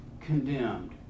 condemned